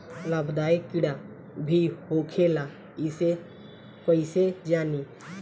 लाभदायक कीड़ा भी होखेला इसे कईसे जानी?